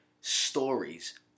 stories